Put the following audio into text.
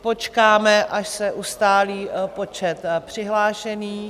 Počkáme, až se ustálí počet přihlášených.